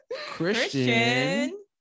Christian